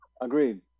Agreed